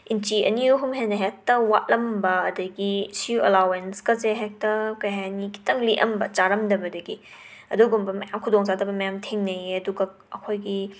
ꯏꯟꯆꯤ ꯑꯅꯤ ꯑꯍꯨꯝ ꯍꯦꯟꯅ ꯍꯦꯛꯇ ꯋꯥꯠꯂꯝꯕ ꯑꯗꯒꯤ ꯁ꯭ꯌꯨ ꯑꯂꯥꯋꯦꯟꯁꯀꯁꯦ ꯍꯦꯛꯇ ꯀꯔꯤ ꯍꯥꯏꯅꯤ ꯈꯤꯇꯪ ꯂꯤꯛꯑꯝꯕ ꯆꯥꯔꯝꯗꯕꯗꯒꯤ ꯑꯗꯨꯒꯨꯝꯕ ꯃꯌꯥꯝ ꯈꯨꯗꯣꯡꯆꯥꯗꯕ ꯃꯌꯥꯝ ꯊꯦꯡꯅꯩꯌꯦ ꯑꯗꯨꯒ ꯑꯩꯈꯣꯏꯒꯤ